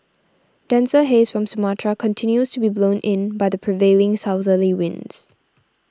denser haze from Sumatra continues to be blown in by the prevailing southerly winds